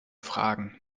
fragen